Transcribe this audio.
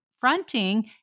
fronting